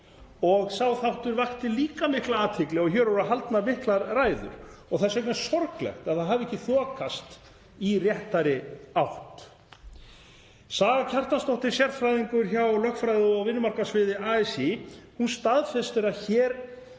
og sá þáttur vakti líka mikla athygli og hér voru haldnar miklar ræður. Þess vegna er sorglegt að það hafi ekkert þokast í réttari átt. Saga Kjartansdóttir, sérfræðingur hjá lögfræði- og vinnumarkaðssviði ASÍ, staðfestir að hér